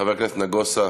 חבר הכנסת נגוסה.